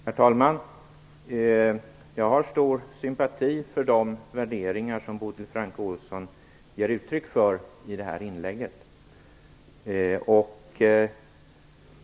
Herr talman! Jag känner stor sympati för de värderingar som Bodil Francke Ohlsson gav uttryck för i sitt inlägg.